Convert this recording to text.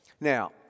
Now